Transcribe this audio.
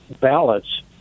ballots